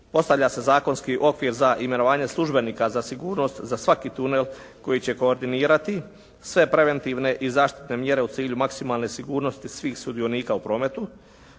Postavlja se zakonski okvir za imenovanje službenika za sigurnost za svaki tunel koji će koordinirati sve preventivne i zaštitne mjere u cilju maksimalne sigurnosti svih sudionika u prometu.